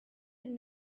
been